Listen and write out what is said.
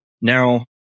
Now